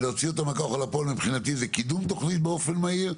ולהוציא אותו מהכוח אל הפועל מבחינתי זה קידום תוכנית באופן מהיר,